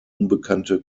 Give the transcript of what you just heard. unbekannte